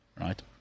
right